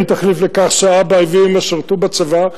אין תחליף לכך שאבא ואמא שירתו בצבא,